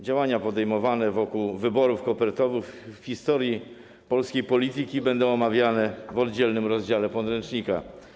Działania podejmowane wokół wyborów kopertowych w historii polskiej polityki będą omawiane w oddzielnym rozdziale podręcznika.